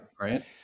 right